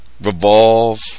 Revolve